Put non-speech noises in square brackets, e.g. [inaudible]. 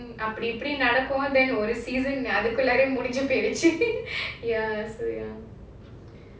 அப்டிப்படி நடக்கும் அதுக்குள்ள ரெண்டு:apdiapdi nadakum adukulla rendu scene முடிஞ்சு போச்சு:mudinju pochu [laughs] ya so ya